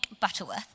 Butterworth